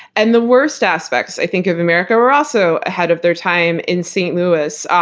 and the worst aspects i think of america were also ahead of their time in saint louis.